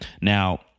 Now